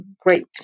great